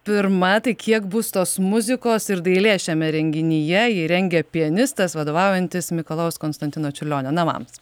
pirma tai kiek bus tos muzikos ir dailės šiame renginyje jį rengia pianistas vadovaujantis mikalojaus konstantino čiurlionio namams